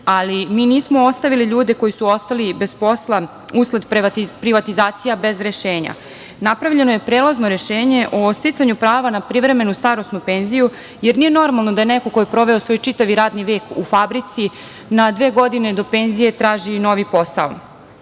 ali mi nismo ostavili ljude koji su ostali bez posla usled privatizacija bez rešenja. Napravljeno je prelazno rešenje o sticanju prava na privremenu starosnu penziju jer nije normalno da neko ko je proveo svoj čitavi radni vek u fabrici na dve godine do penzije traži novi posao. Žuti